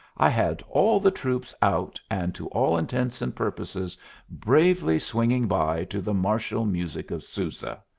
i had all the troops out and to all intents and purposes bravely swinging by to the martial music of sousa.